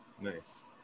Nice